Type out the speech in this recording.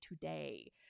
Today